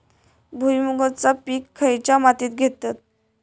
भुईमुगाचा पीक खयच्या मातीत घेतत?